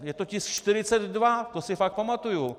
Je to tisk 42, to si fakt pamatuju.